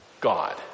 God